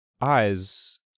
eyes